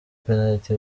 penaliti